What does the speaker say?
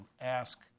ask